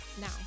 Now